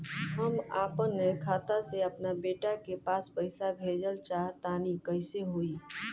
हम आपन खाता से आपन बेटा के पास पईसा भेजल चाह तानि कइसे होई?